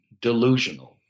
delusional